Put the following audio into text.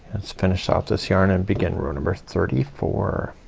let's finished off this yarn and begin row number thirty four.